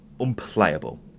unplayable